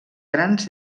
grans